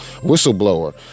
whistleblower